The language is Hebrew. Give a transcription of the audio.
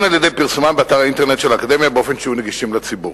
על-ידי פרסומם באתר האינטרנט של האקדמיה באופן שיהיו נגישים לציבור."